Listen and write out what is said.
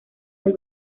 del